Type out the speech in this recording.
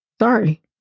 Sorry